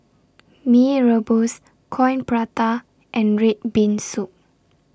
Mee Rebus Coin Prata and Red Bean Soup